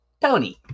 Tony